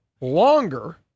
longer